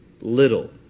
little